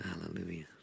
Hallelujah